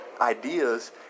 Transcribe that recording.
ideas